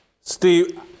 Steve